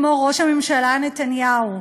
כמו ראש הממשלה נתניהו,